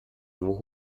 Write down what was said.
nur